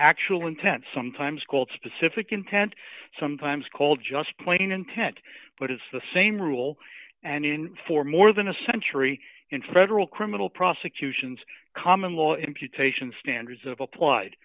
actual intent sometimes called specific intent sometimes called just plain intent but it's the same rule and in for more than a century in federal criminal prosecutions common law imputation standards of applied